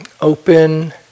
open